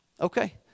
Okay